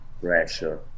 pressure